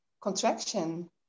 contraction